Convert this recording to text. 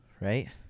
right